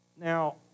Now